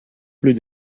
plus